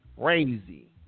crazy